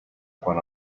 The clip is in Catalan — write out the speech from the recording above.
quan